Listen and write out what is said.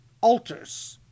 altars